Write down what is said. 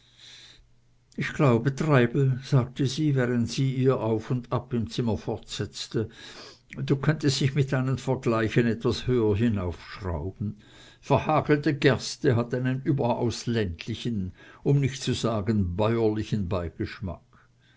ich glaube treibel sagte sie während sie ihr auf und ab im zimmer fortsetzte du könntest dich mit deinen vergleichen etwas höher hinaufschrauben verhagelte gerste hat einen überaus ländlichen um nicht zu sagen bäuerlichen beigeschmack